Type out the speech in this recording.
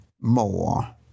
more